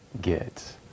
get